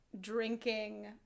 drinking